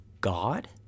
God